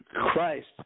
Christ